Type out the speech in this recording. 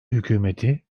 hükümeti